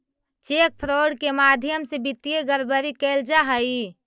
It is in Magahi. चेक फ्रॉड के माध्यम से वित्तीय गड़बड़ी कैल जा हइ